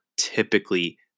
typically